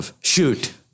shoot